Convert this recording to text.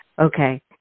okay